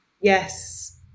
yes